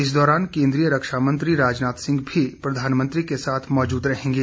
इस दौरान केन्द्रीय रक्षामंत्री राजनाथ सिंह भी प्रधानमंत्री के साथ मौजूद रहेंगे